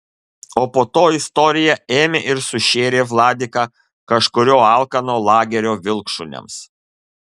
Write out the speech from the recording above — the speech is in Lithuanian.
o po to istorija ėmė ir sušėrė vladiką kažkurio alkano lagerio vilkšuniams